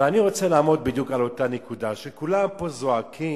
ואני רוצה לעמוד בדיוק על אותה נקודה שכולם פה זועקים: